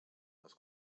les